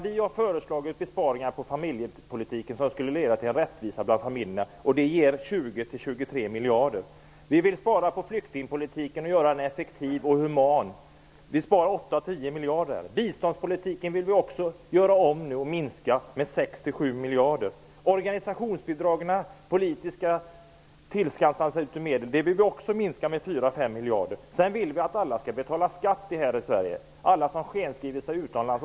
Vi har föreslagit besparingar inom familjepolitiken som skulle leda till rättvisa bland familjerna. Det skulle ge 20 -- 23 miljarder. Vi vill spara på flyktingpolitiken och göra den effektiv och human. Vi sparar 8-10 miljarder på det. Biståndspolitiken vill vi också göra om och minska med 6-7 miljarder. Organisationsbidragen och politiskt tillskansade medel vill vi också minska med 4-5 miljarder. Vi vill också att alla här i Sverige skall betala skatt, även alla som skenskriver sig utomlands.